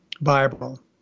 Bible